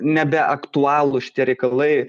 nebeaktualūs šitie reikalai